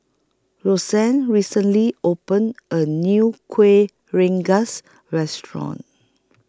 Rosann recently opened A New Kueh Rengas Restaurant